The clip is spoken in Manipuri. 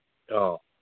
ꯑꯣ